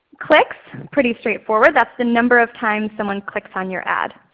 clicks, pretty straightforward that's the number of times someone clicks on your ad.